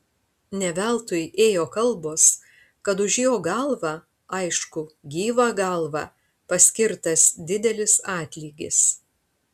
ne veltui ėjo kalbos kad už jo galvą aišku gyvą galvą paskirtas didelis atlygis